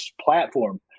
platform